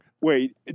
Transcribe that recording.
Wait